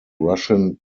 russian